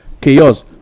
chaos